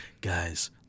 Guys